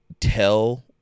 tell